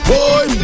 Boy